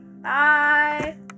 Bye